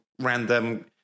random